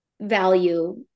value